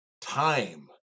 time